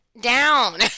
down